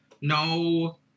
no